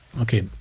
okay